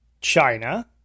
China